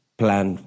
plan